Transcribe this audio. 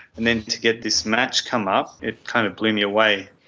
and then to get this match come up, it kind of blew me away.